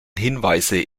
hinweise